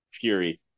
Fury